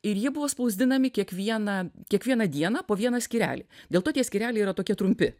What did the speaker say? ir jie buvo spausdinami kiekvieną kiekvieną dieną po vieną skyrelį dėl to tie skyreliai yra tokie trumpi